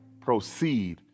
proceed